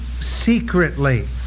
secretly